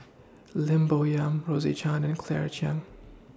Lim Bo Yam Rose Chan and Claire Chiang